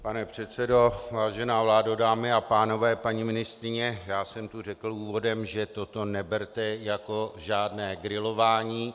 Pane předsedo, vážená vládo, dámy a pánové, paní ministryně, já jsem tu řekl úvodem, že toto neberte jako žádné grilování.